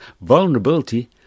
vulnerability